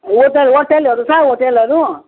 hotel होटेलहरू छ होटेलहरू